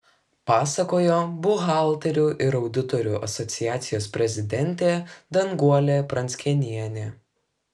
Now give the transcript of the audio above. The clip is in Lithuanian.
pasakojo buhalterių ir auditorių asociacijos prezidentė danguolė pranckėnienė